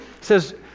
says